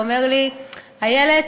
והוא אמר לי: איילת,